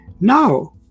Now